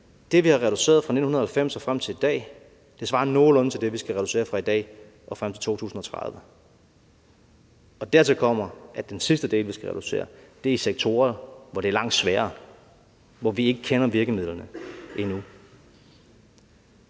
det, vi har reduceret fra 1990 og frem til i dag, svarer nogenlunde til det, vi skal reducere med fra i dag og frem til 2030. Og dertil kommer, at den sidste del, vi skal reducere, er i sektorer, hvor det er langt sværere, hvor vi ikke kender virkemidlerne endnu.